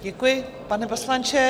Děkuji, pane poslanče.